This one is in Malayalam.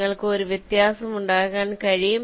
നിങ്ങൾക്ക് ഒരു വ്യത്യാസം ഉണ്ടാക്കാൻ കഴിയും